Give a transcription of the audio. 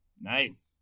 Nice